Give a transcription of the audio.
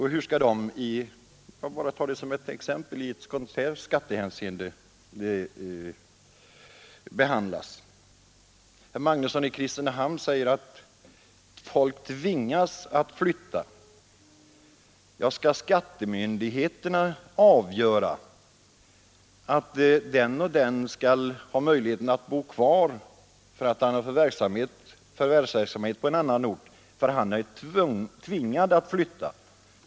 Hur skall de behandlas i skattehänseende? Herr Magnusson i Kristinehamn säger att folk tvingas flytta. Skall skattemyndigheterna avgöra att den och den borde kunna bo kvar trots att han har sin förvärvsverksamhet på annan ort men är tvingad att flytta?